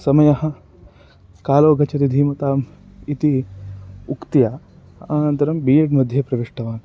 समयः कालो गच्छति धीमताम् इति उक्त्या अनन्तरं बि एड् मध्ये प्रविष्टवान्